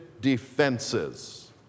defenses